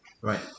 Right